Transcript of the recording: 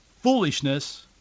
foolishness